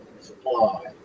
supply